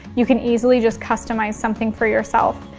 you can easily just customize something for yourself.